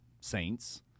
saints